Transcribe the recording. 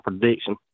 prediction